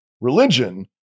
Religion